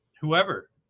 whoever